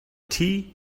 tea